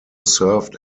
served